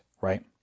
right